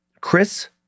Chris